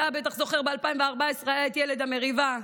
אתה בטח זוכר ב-2014 היה את ילד המריבה,